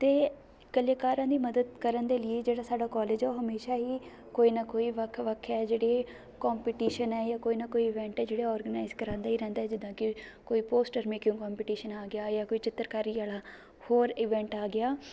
ਅਤੇ ਕਲਾਕਾਰਾਂ ਦੀ ਮਦਦ ਕਰਨ ਦੇ ਲਈ ਜਿਹੜਾ ਸਾਡਾ ਕੋਲਿਜ ਹੈ ਜੋ ਹਮੇਸ਼ਾਂ ਹੀ ਕੋਈ ਨਾ ਕੋਈ ਵੱਖ ਵੱਖ ਹੈ ਜਿਹੜੇ ਕੋਂਪੀਟੀਸ਼ਨ ਹੈ ਜਾਂ ਕੋਈ ਨਾ ਕੋਈ ਈਵੈਂਟ ਹੈ ਜਿਹੜੇ ਔਰਗਨਾਈਜ਼ ਕਰਾਉਂਦਾ ਹੀ ਰਹਿੰਦਾ ਹੈ ਜਿੱਦਾਂ ਕਿ ਕੋਈ ਪੋਸਟਰ ਮੇਕਿੰਗ ਕੋਂਪੀਟੀਸ਼ਨ ਆ ਗਿਆ ਜਾਂ ਕੋਈ ਚਿੱਤਰਕਾਰੀ ਵਾਲਾ ਹੋਰ ਈਵੈਂਟ ਆ ਗਿਆ